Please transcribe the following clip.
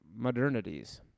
Modernities